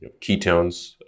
ketones